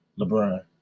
LeBron